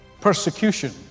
Persecution